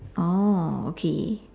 oh okay